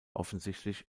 offensichtlich